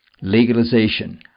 legalization